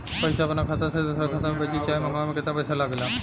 पैसा अपना खाता से दोसरा खाता मे भेजे चाहे मंगवावे में केतना पैसा लागेला?